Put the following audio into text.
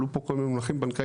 עלו פה כמה מונחים בנקאיים,